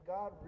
God